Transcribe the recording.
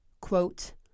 Quote